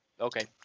Okay